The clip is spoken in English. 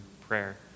prayer